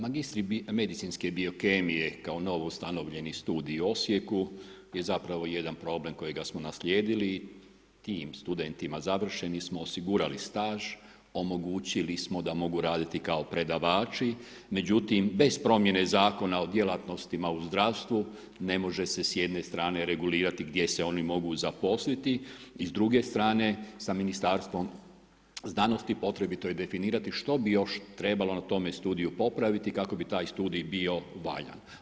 Magistri medicinske biokemije kao novo ustanovljeni studij u Osijeku je zapravo jedan problem kojega smo naslijedili, tim studentima završenim smo osigurali staž, omogućili smo da mogu raditi kao predavači, međutim, bez promjene Zakona o djelatnostima u zdravstvu, ne može se s jedne strane regulirati gdje se oni mogu zaposliti i s druge strane, sa Ministarstvom znanosti potrebito je definirati što bi još trebalo na tom studiju popraviti kako bi taj studij bio valjan.